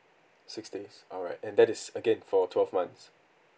six days alright and that is again for twelve months